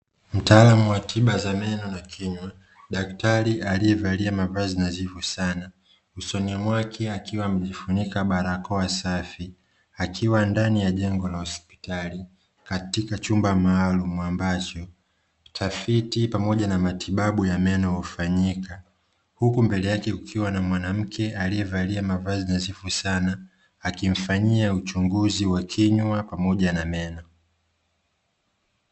Mtaalamu wa tiba na meno na kinywa, dactari alie aliyevalia mavazi nazifu sana usoni mwake akiwa amejifunika balakoa safi, akiwa ndani ya jingo la hospitali katika chumba maalumu ambacho tafiti pamoja na matibabu ya meno hufanyika, huku mbele yake kukiwa na mwanamke aliyevalia mavazi nadhifu sana, akimfanyia uchunguzi wa kinywa pamoja na meno.